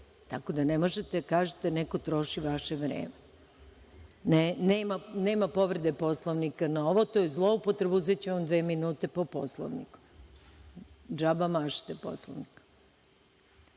tako da ne možete da kažete da neko troši vaše vreme. Nema povrede Poslovnika na ovo. To je zloupotreba. Uzeću vam dve minute po Poslovniku. Džaba mašete Poslovnikom. Da